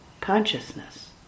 consciousness